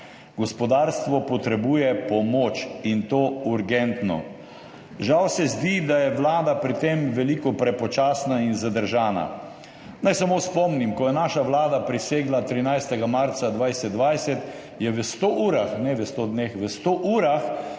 Gospodarstvo potrebuje pomoč in to urgentno. Žal se zdi, da je Vlada pri tem veliko prepočasna in zadržana. Naj samo spomnim. Ko je naša vlada 13. marca 2020 prisegla, je v stotih urah, ne v stotih dneh, v stotih urah